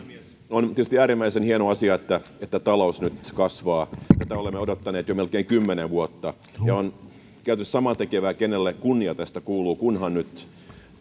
on tietysti äärimmäisen hieno asia että talous nyt kasvaa tätä olemme odottaneet jo melkein kymmenen vuotta on käytännössä samantekevää kenelle kunnia tästä kuuluu kunhan nyt